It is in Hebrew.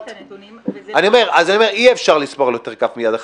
אין לי את הנתונים --- אז אפשר לספור על כף יד אחת.